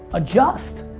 adjust